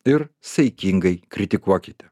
ir saikingai kritikuokite